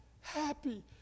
happy